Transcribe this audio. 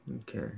Okay